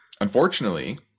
unfortunately